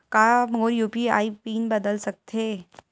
का मोर UPI pin बदल सकथे?